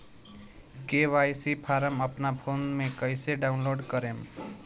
KYC form अपना phone मे कइसे डाऊनलोड करेम?